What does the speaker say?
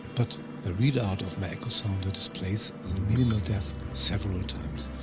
but the readout of my echo sounder displays the minimal depth several times.